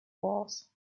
walls